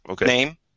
Name